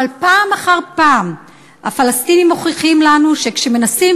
אבל פעם אחר פעם הפלסטינים מוכיחים לנו שכשמנסים